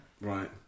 Right